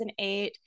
2008